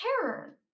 terror